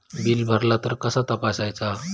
Bill भरला तर कसा तपसायचा?